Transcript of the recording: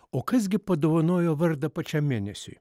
o kas gi padovanojo vardą pačiam mėnesiui